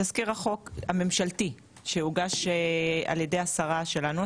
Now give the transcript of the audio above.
בתזכיר החוק הממשלתי שהוגש על ידי השרה שלנו,